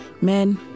Men